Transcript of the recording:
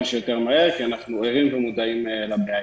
שיותר מהר כי אנחנו ערים ומודעים לבעיה.